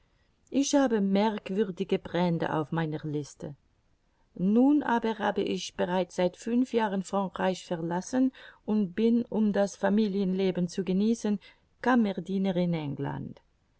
ich habe merkwürdige brände auf meiner liste nun aber habe ich bereits seit fünf jahren frankreich verlassen und bin um das familienleben zu genießen kammerdiener